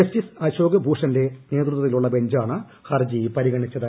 justice Ashok ഭൂഷന്റെ നേതൃത്വത്തിലുള്ള ബെഞ്ചാണ് ഹർജി പരിഗണിച്ചത്